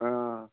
ਹਾਂ